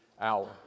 hour